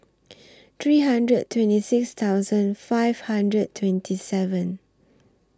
three hundred twenty six thousand five hundred twenty seven